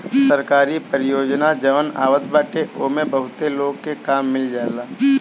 सरकारी परियोजना जवन आवत बाटे ओमे बहुते लोग के काम मिल जाला